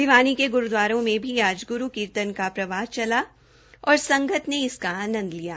भिवानी के ग्रूदवारों में भी आज ग्रू कीर्तन का प्रवाह चला और संगत ने इसका आनंद लिया